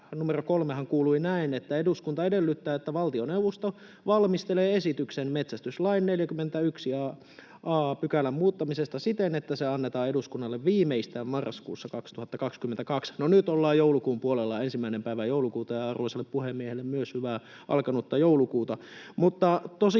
numero 3:han kuului näin: ”Eduskunta edellyttää, että valtioneuvosto valmistelee esityksen metsästyslain 41 a §:n muuttamisesta siten, että se annetaan eduskunnalle viimeistään marraskuussa 2022.” — No, nyt ollaan joulukuun puolella, 1. päivä joulukuuta, ja arvoisalle puhemiehelle myös hyvää alkanutta joulukuuta!